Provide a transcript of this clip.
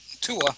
Tua